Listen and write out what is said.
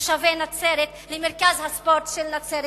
תושבי נצרת, למרכז הספורט של נצרת-עילית.